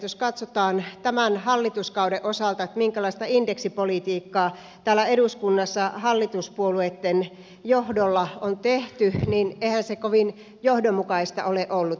jos katsotaan tämän hallituskauden osalta minkälaista indeksipolitiikkaa täällä eduskunnassa hallituspuolueitten johdolla on tehty niin eihän se kovin johdonmukaista ole ollut